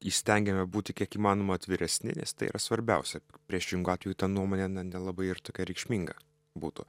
įstengiame būti kiek įmanoma atviresni nes tai yra svarbiausia priešingu atveju ta nuomonė na nelabai ir tokia reikšminga būtų